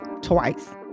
Twice